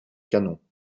canons